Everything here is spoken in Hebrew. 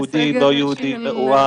יהודי, לא יהודי, מעורב